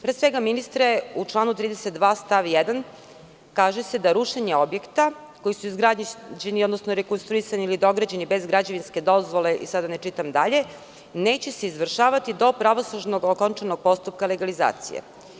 Pre svega, ministre, u članu 32. stav 1. kaže se da rušenje objekta, koji su izgrađeni, odnosno rekonstruisani ili dograđeni bez građevinske dozvole, da ne čitam dalje, neće se izvršavati do pravosnažnog okončanog postupka legalizacije.